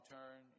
Turn